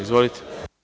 Izvolite.